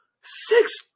six